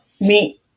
meet